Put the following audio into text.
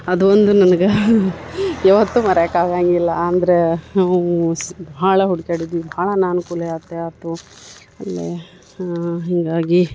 ಅದು ಒಂದು ನನ್ಗೆ ಯಾವತ್ತೂ ಮರಿಯಕ್ಕೆ ಆಗಂಗಿಲ್ಲ ಅಂದರೆ ಉಸ್ ಭಾಳ ಹುಡ್ಕಾಡಿದ್ವಿ ಭಾಳ ಅನನ್ಕೂಲ ಆತು ಆಯ್ತು ಅಲ್ಲಿ ಹೀಗಾಗಿ